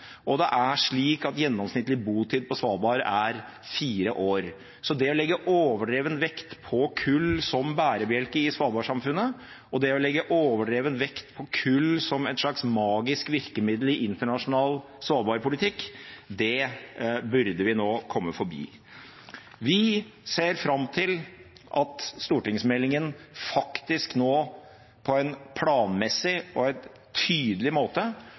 og det er slik at gjennomsnittlig botid på Svalbard er fire år, så det å legge overdreven vekt på kull som bærebjelke i svalbardsamfunnet, og det å legge overdreven vekt på kull som et slags magisk virkemiddel i internasjonal svalbardpolitikk, burde vi nå komme forbi. Vi ser fram til at stortingsmeldingen faktisk nå på en planmessig og tydelig måte